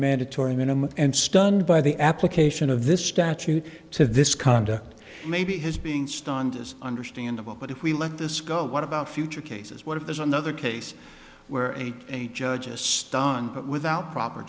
mandatory minimum and stunned by the application of this statute to this conduct maybe his being stoned is understandable but if we let this go what about future cases what if there's another case where a judge a star without proper